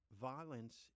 violence